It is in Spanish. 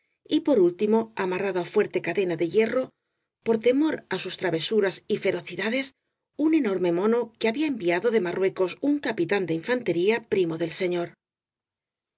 y por último amarrado á fuerte cadena de hierro por temor á sus travesuras y fe rocidades un enorme mono que había enviado de marruecos un capitán de infantería primo del señor